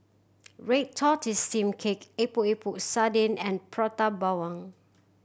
red tortoise steamed cake Epok Epok Sardin and Prata Bawang